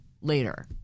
later